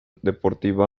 deportiva